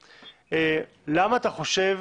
למה אתה חושב